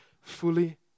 fully